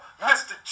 Mr